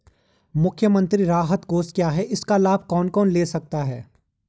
मुख्यमंत्री राहत कोष क्या है इसका लाभ कौन कौन ले सकता है?